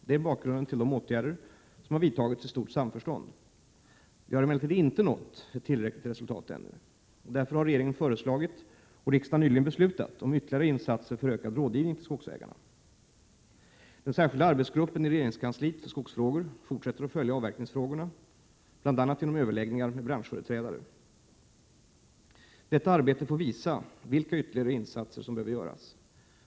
Det är bakgrunden till de åtgärder som har vidtagits i stort samförstånd. Vi har emellertid inte nått ett tillräckligt resultat ännu. Därför har regeringen föreslagit och riksdagen nyligen beslutat om ytterligare insatser för ökad rådgivning till skogsägarna. Den särskilda arbetsgruppen i regeringskansliet för skogsfrågor fortsätter att följa avverkningsfrågorna, bl.a. genom överläggningar med branschföreträdare. Detta arbete får visa vilka ytterligare insatser som behöver göras.